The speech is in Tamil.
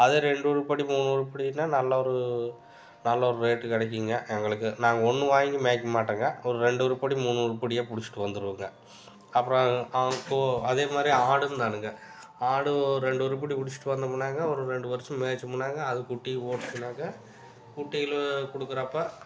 அதே ரெண்டு உருப்படி மூணு உருப்படின்னால் நல்ல ஒரு நல்ல ஒரு ரேட்டு கிடைக்குங்க எங்களுக்கு நாங்கள் ஒன்று வாங்கி மேய்க்க மாட்டோங்க ஒரு ரெண்டு உருப்படி மூணு உருப்படியாக பிடிச்சிட்டு வந்துடுவோங்க அப்புறம் அவங்க அதேமாதிரி ஆடும் தானுங்க ஆடு ஒரு ரெண்டு உருப்படி பிடிச்சிட்டு வந்தமுன்னாங்க ஒரு ரெண்டு வருஷம் மேய்த்தமுன்னாங்க அது குட்டி போட்டுச்சுன்னாக்க குட்டிகளை கொடுக்குறப்ப